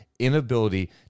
inability